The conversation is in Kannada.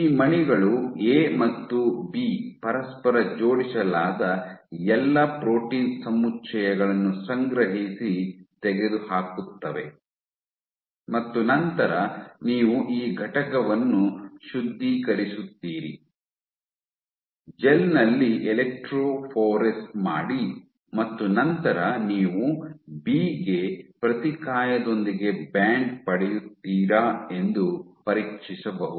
ಈ ಮಣಿಗಳು ಎ ಮತ್ತು ಬಿ ಪರಸ್ಪರ ಜೋಡಿಸಲಾದ ಎಲ್ಲ ಪ್ರೋಟೀನ್ ಸಮುಚ್ಚಯಗಳನ್ನು ಸಂಗ್ರಹಿಸಿ ತೆಗೆದುಹಾಕುತ್ತವೆ ಮತ್ತು ನಂತರ ನೀವು ಈ ಘಟಕವನ್ನು ಶುದ್ಧೀಕರಿಸುತ್ತೀರಿ ಜೆಲ್ ನಲ್ಲಿ ಎಲೆಕ್ಟ್ರೋಫಾರೆಸ್ಸ್ ಮಾಡಿ ಮತ್ತು ನಂತರ ನೀವು ಬಿ ಗೆ ಪ್ರತಿಕಾಯದೊಂದಿಗೆ ಬ್ಯಾಂಡ್ ಪಡೆಯುತ್ತೀರಾ ಎಂದು ಪರೀಕ್ಷಿಸಬಹುದು